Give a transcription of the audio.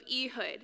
Ehud